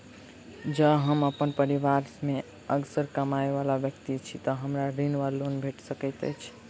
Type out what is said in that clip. जँ हम अप्पन परिवार मे असगर कमाई वला व्यक्ति छी तऽ हमरा ऋण वा लोन भेट सकैत अछि?